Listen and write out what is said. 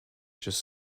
just